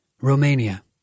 Romania